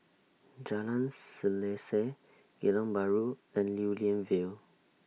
Jalan Selaseh Geylang Bahru and Lew Lian Vale